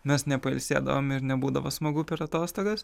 mes nepailsėdavom ir nebūdavo smagu per atostogas